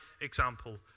example